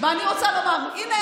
הינה,